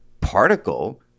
particle